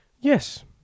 Yes